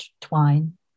twine